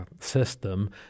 system